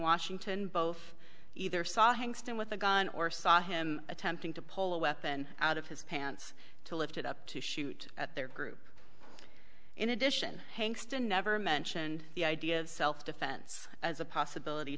washington both either saw hangs down with a gun or saw him attempting to pull a weapon out of his pants to lift it up to shoot at their group in addition thanks to never mentioned the idea of self defense as a possibility